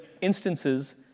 instances